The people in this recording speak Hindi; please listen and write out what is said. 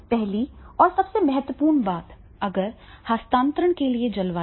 पहली और सबसे महत्वपूर्ण बात अगर हस्तांतरण के लिए जलवायु